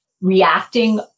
reacting